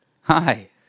hi